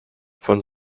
von